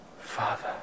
father